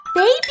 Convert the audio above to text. Baby